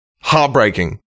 Heartbreaking